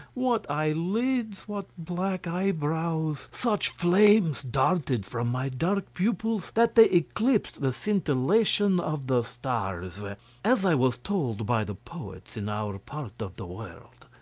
what eyelids! what black eyebrows! such flames darted from my dark pupils that they eclipsed the scintillation of the stars as i was told by the poets in our part of the world.